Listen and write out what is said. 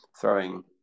throwing